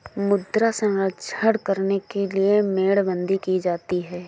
मृदा संरक्षण करने के लिए मेड़बंदी की जाती है